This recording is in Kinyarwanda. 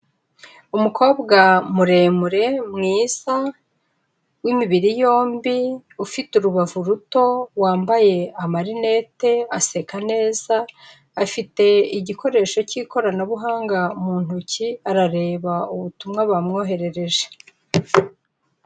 Umukobwa muremure, mwiza, w'imibiri yombi, ufite urubavu ruto, wambaye amarinete, aseka neza, afite igikoresho cy'ikoranabuhanga mu ntoki, arareba ubutumwa bamwoherereje.